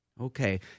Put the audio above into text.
Okay